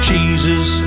Jesus